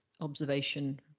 observation